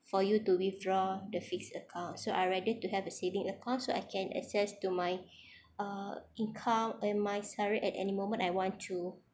for you to withdraw the fixed account so I rather to have a saving account so I can access to my uh income and my salary at any moment I want to